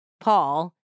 Paul